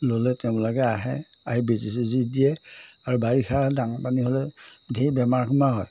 ল'লে তেওঁলোকে আহে আহি বেজী চেজী দিয়ে আৰু বাৰিষা ডাঙৰ পানী হ'লে ধেৰ বেমাৰ সোমাৰ হয়